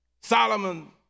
Solomon